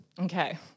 Okay